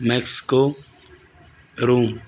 Mexico Rome